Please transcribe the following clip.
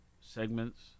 segments